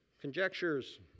conjectures